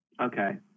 Okay